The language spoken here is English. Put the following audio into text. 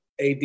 AD